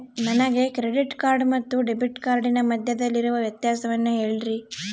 ನನಗೆ credit card ಮತ್ತು debit ಕಾರ್ಡಿನ ಮಧ್ಯದಲ್ಲಿರುವ ವ್ಯತ್ಯಾಸವನ್ನು ಹೇಳ್ರಿ?